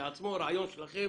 כשלעצמו רעיון שלכם